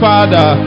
Father